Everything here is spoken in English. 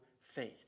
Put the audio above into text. faith